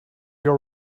your